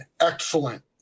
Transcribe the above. excellent